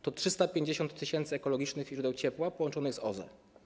To 350 tys. ekologicznych źródeł ciepła połączonych z OZE.